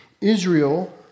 Israel